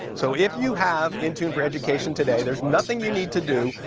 so if you have intune for education today, there's nothing you need to do.